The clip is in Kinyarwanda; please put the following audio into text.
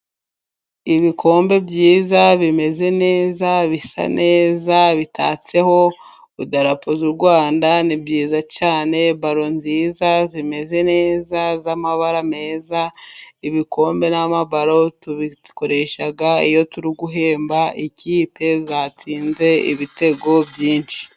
Ibikombe byiza bimeze neza bisa neza, bitatseho idarapo ry'u Rwanda. Ni byiza cyane, baro nziza zimeze neza z'amabara meza, ibikombe n'amabaro tubikoresha iyo turi guhemba ikipe yatsinze ibitego byinshi.